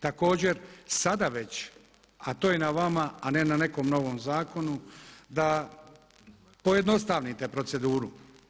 Također sada već a to je na vama, a ne nekom novom zakonu da pojednostavnite proceduru.